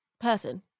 person